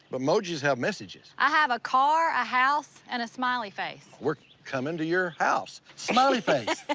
emojis have messages. i have a car, a house, and a smiley face. we're coming to your house, smiley face.